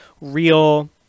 real